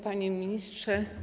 Panie Ministrze!